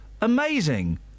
amazing